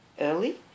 early